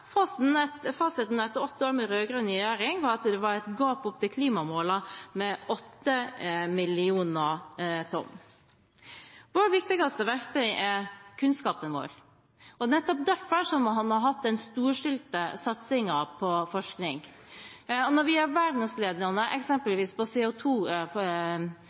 etter åtte år med rød-grønn regjering var at det var et gap opp til klimamålene på 8 millioner tonn. Vårt viktigste verktøy er kunnskapen vår, og nettopp derfor har vi hatt en storstilt satsing på forskning. Når vi er verdensledende